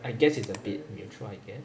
I guess it's a bit mutual I guess